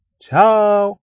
Ciao